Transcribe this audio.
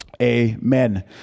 amen